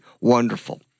wonderful